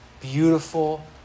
beautiful